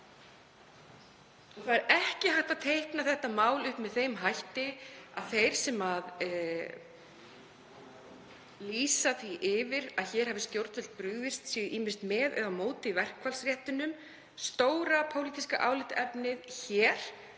Það er ekki hægt að teikna þetta mál upp með þeim hætti að þeir sem lýsa því yfir að hér hafi stjórnvöld brugðist séu ýmist með eða á móti verkfallsréttinum. Stóra pólitíska álitaefnið er